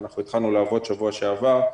אנחנו התחלנו לעבוד בשבוע שעבר.